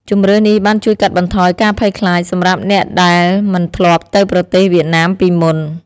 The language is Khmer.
ជម្រើសនេះបានជួយកាត់បន្ថយការភ័យខ្លាចសម្រាប់អ្នកដែលមិនធ្លាប់ទៅប្រទេសវៀតណាមពីមុន។